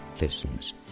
listens